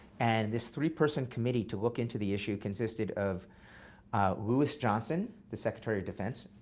and this three-person committee to look into the issue consisted of louis johnson, the secretary of defense,